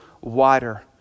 wider